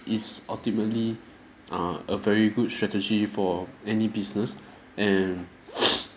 is ultimately err a very good strategy for any business and